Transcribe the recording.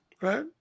right